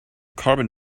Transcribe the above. carbon